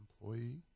employee